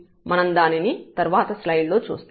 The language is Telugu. మనం దానిని తర్వాత స్లైడ్ లో చూస్తాము